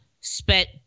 spent